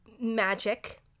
magic